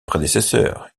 prédécesseur